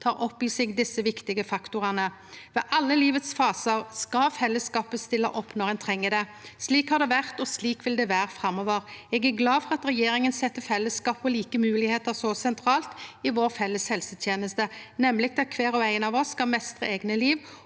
tek opp i seg desse viktige faktorane. Ved alle livets fasar skal fellesskapet stille opp når ein treng det. Slik har det vore, og slik vil det vere framover. Eg er glad for at regjeringa set fellesskapet og like moglegheiter så sentralt i vår felles helseteneste, nemleg at kvar og ein av oss skal meistre eige liv,